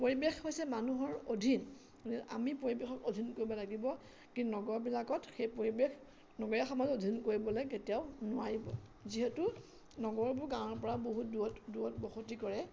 পৰিৱেশ হৈছে মানুহৰ অধীন আমি পৰিৱেশক অধীন কৰিব লাগিব কিন্তু নগৰবিলাকত সেই পৰিৱেশ নগৰীয়া সমাজত অধীন কৰিবলে কেতিয়াও নোৱাৰিব যিহেতু নগৰবোৰ গাঁৱৰ পৰা বহুত দূৰত দূৰত বসতি কৰে